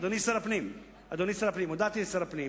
אדוני שר הפנים, הודעתי לשר הפנים